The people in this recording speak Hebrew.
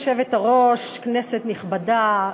אנחנו עוברים להצעת חוק הבאה: